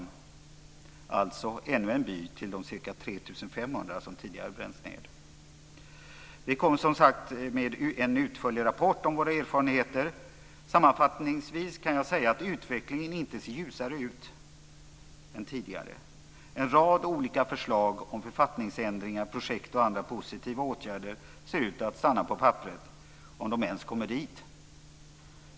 Det är alltså ännu en by, utöver de ca 3 500 som tidigare bränts ned. Vi kommer, som sagt, med en utförlig rapport om våra erfarenheter. Sammanfattningsvis kan jag säga att utvecklingen inte ser ljusare ut nu än tidigare. En rad olika förslag om författningsändringar, projekt och andra positiva åtgärder ser ut att stanna på papperet, om de ens kommer dit.